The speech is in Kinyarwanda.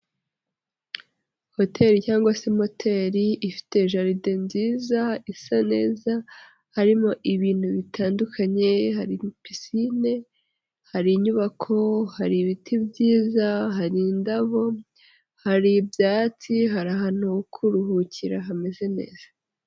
Hoteli cyangwa se moteri ifite jaride nziza isa neza, harimo ibintu bitandukanye, hari pisine, hari inyubako, hari ibiti byiza, hari indabo, hari ibyatsi hari ahantu ho kuruhukira hameze neza.